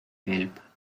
help